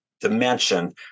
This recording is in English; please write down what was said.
dimension